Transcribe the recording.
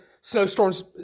snowstorms